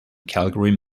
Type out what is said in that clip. calgary